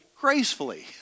gracefully